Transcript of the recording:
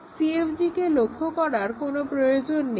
CFG কে লক্ষ্য করার কোনো প্রয়োজন নেই